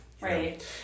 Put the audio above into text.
Right